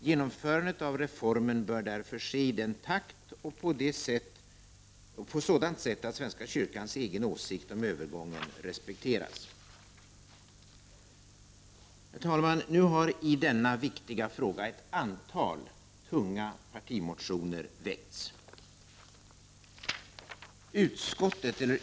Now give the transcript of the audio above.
Genomförandet av reformen bör därför ske i en sådan takt och på ett sådant sätt att svenska kyrkans egen åsikt om övergången respekteras. Herr talman! I denna viktiga fråga har ett antal tunga partimotioner väckts.